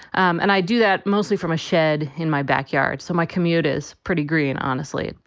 um and i do that mostly from a shed in my backyard. so my commute is pretty green. honestly,